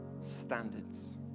standards